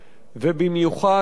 עמיתי חברי הכנסת,